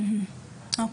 תודה.